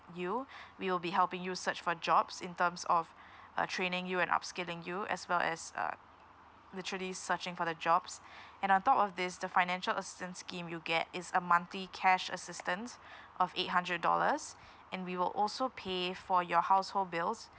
you we will be helping you search for jobs in terms of uh training you and upskilling you as well as uh literally searching for the jobs and on top of this the financial assistance scheme you get is a monthly cash assistance of eight hundred dollars and we will also pay for your household bills